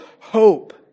hope